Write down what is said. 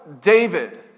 David